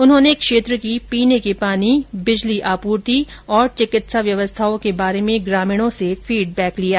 उन्होंने क्षेत्र की पीने के पानी और बिजली आपूर्ति तथा चिकित्सा व्यवस्थाओ के बारे में ग्रामीणों से फीडबैक लिया